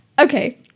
okay